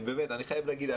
אני חייב להגיד,